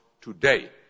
today